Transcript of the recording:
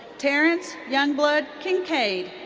terrence youngblood kincade.